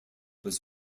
was